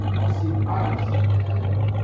i'll see products and,